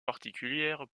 particulières